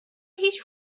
هیچ